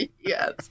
Yes